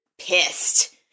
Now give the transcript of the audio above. pissed